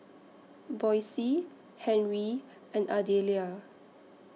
Boysie Henry and Ardelia